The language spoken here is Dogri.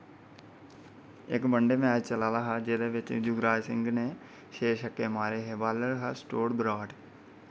इक वन डे मैच चला दा हा जेह्दे बिच जुवराज सिंह नै छे छक्के मारे हे बालर हा स्टोट ब्राट